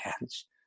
hands